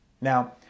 Now